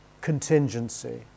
contingency